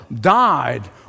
died